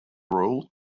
rule